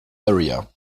area